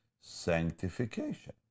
Sanctification